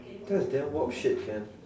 that's damn warped shit can